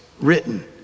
written